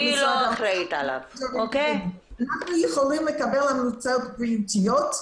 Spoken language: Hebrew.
אנחנו יכולים לקבל המלצות בריאותיות.